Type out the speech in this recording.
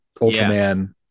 Ultraman